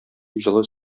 җылы